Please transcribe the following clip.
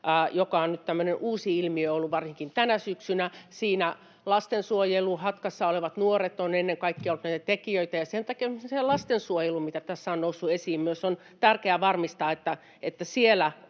ilmiö ollut, varsinkin tänä syksynä. Siinä lastensuojeluhatkassa olevat nuoret ovat ennen kaikkea olleet tekijöitä, ja sen takia minusta lastensuojelussa, mikä tässä on myös noussut esiin, on tärkeää varmistaa, että siellä